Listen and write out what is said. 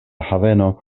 haveno